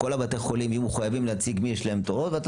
כל בתי החולים יהיו חייבים להציג למי יש תורות ואתה